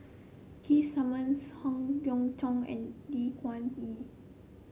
Keith Simmons Howe Yoon Chong and Lee Kuan Yew